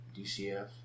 DCF